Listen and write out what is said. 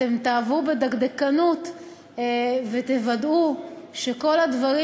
אתם תעברו בדקדקנות ותוודאו שכל הדברים,